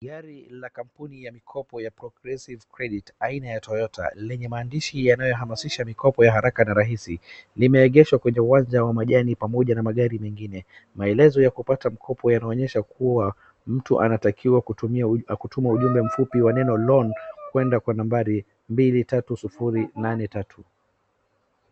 Gari la kamouni ya mikopo la progressive credit aina ya Toyota lenye maandishi yanayohamasisha mikopo ya haraka na rahisi limeegeshwa kwenye uwanja wa majani pamoja na magari mengine. Maelezo ya kupata mkopo yanaonyesha kuwa mtu anatakiwa kutuma ujumbe mfupi wa neno loan kwenda kwa nambari mbili, tatu, sufiri nane tatu.